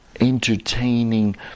Entertaining